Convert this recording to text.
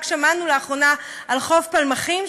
רק לאחרונה שמענו על חוף פלמחים,